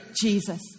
Jesus